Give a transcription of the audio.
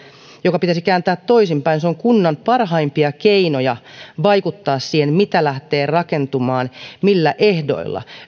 joka pitäisi kääntää toisinpäin se on kunnan parhaimpia keinoja vaikuttaa siihen mitä lähtee rakentumaan ja millä ehdoilla